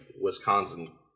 Wisconsin